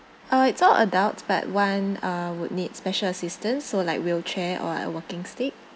uh it's all adults but one uh would need special assistance so like wheelchair or like a walking stick